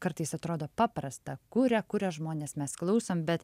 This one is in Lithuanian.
kartais atrodo paprasta kuria kuria žmonės mes klausom bet